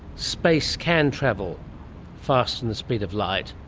space can travel faster than the speed of light.